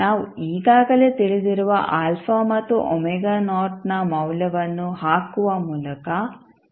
ನಾವು ಈಗಾಗಲೇ ತಿಳಿದಿರುವ ಮತ್ತು ನ ಮೌಲ್ಯವನ್ನು ಹಾಕುವ ಮೂಲಕ ನಾವು ಇದನ್ನು ಪಡೆಯುತ್ತೇವೆ